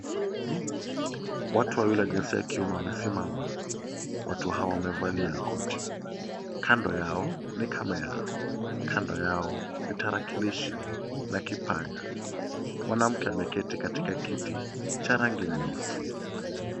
Watu wawili wa jinsia ya kiume wamesimama. Watu hawa wamevalia koti. Kando yao ni kamera. Kando yao ni tarakilishi na kipanya. Mwanamke ameketi katika kiti cha rangi nyeusi.